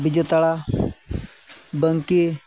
ᱵᱤᱡᱮᱛᱟᱲᱟ ᱵᱟᱹᱝᱠᱤ